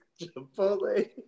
Chipotle